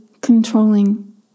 controlling